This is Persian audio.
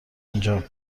اونجام